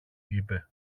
είπε